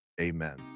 amen